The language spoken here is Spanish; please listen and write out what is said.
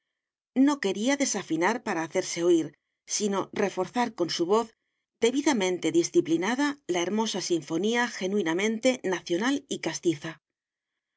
no quería desafinar para hacerse oir sino reforzar con su voz debidamente disciplinada la hermosa sinfonía genuinamente nacional y castiza